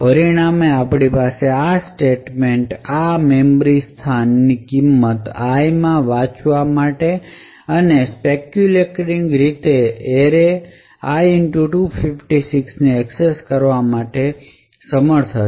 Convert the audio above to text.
પરિણામે આપણી પાસે આ સ્ટેટમેંટ આ મેમરી સ્થાનની કિંમત i માં વાંચવા અને સ્પેકયુલેશન કીય રીતે એરે i 256 ને એક્સેસ કરવા માટે હશે